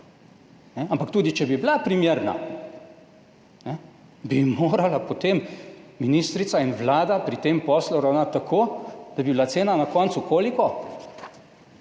Ampak tudi če bi bila primerna, ne, bi morala potem ministrica in Vlada pri tem poslu ravnati tako, da bi bila cena na koncu, koliko?